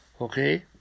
okay